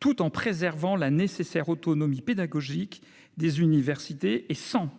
tout en préservant la nécessaire autonomie pédagogique des universités et sans amoindrir